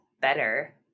better